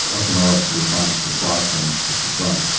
osteomyelitis can be defined just as a biofilm infected bone.